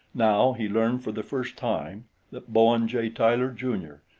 now he learned for the first time that bowen j. tyler, jr,